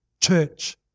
church